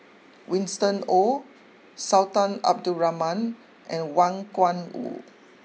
Winston Oh Sultan Abdul Rahman and Wang Gungwu